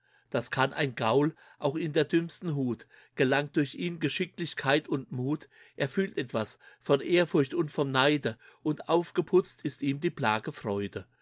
das kann ein gaul auch in den dümmsten hut gelangt durch ihn geschicklichkeit und mut er fühlt etwas von ehrfurcht und vom neide und aufgeputzt ist ihm die plage freude